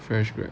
fresh grad